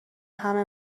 همه